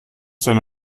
seine